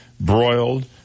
broiled